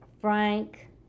Frank